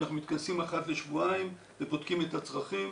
אנחנו מתכנסים אחת לשבועיים ובודקים את הצרכים.